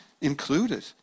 included